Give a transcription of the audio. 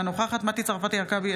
אינה נוכחת מטי צרפתי הרכבי,